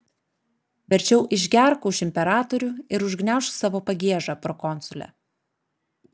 verčiau išgerk už imperatorių ir užgniaužk savo pagiežą prokonsule